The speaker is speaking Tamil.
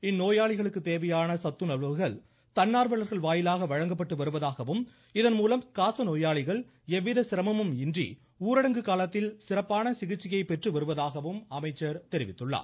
இந்நோயாளிகளுக்கு தேவையான சத்துணவுகள் தன்னார்வலர்கள் வாயிலாக வழங்கப்பட்டு வருவதாகவும் இதன்மூலம் காசநோயாளிகள் எவ்வித சிரமமுமின்றி ஊரடங்கு காலத்தில் சிறப்பான சிகிச்சையை பெற்று வருவதாகவும் தெரிவித்துள்ளார்